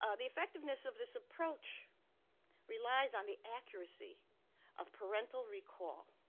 ah the effectiveness of this approach relies on the accuracy of parental recall.